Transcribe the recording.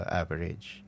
average